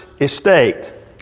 estate